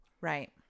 Right